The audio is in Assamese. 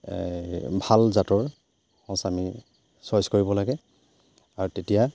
ভাল জাতৰ সঁচ আমি চইচ কৰিব লাগে আৰু তেতিয়া